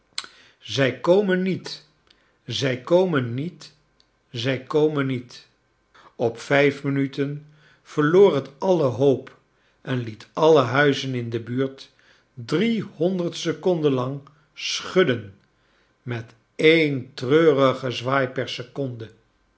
zij komen niet zij komen niet zij komen niet i op vijf minuten yerloor het alle hoop en liet alle huizen in de buurt driehonderd secondon lang s hudden met een treurigei'i